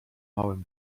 małym